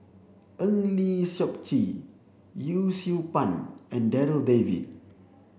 Eng Lee Seok Chee Yee Siew Pun and Darryl David